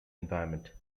environment